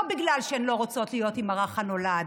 לא בגלל שהן לא רוצות להיות עם הרך הנולד